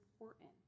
important